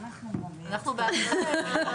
אנחנו ממליצים.